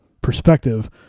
perspective